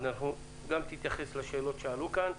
אז גם תייחס לשאלות שעלו כאן.